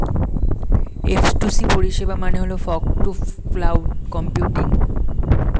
F two C পরিষেবার মানে হল ফগ টু ক্লাউড কম্পিউটিং